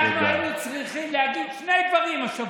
אנחנו היינו צריכים להעביר שני דברים השבוע: